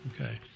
Okay